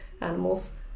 animals